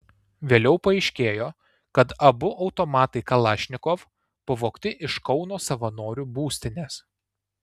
vėliau paaiškėjo kad abu automatai kalašnikov pavogti iš kauno savanorių būstinės